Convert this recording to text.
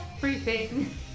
briefing